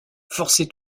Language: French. forcez